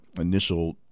initial